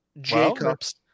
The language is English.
jacobs